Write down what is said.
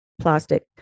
plastic